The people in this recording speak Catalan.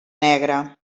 negre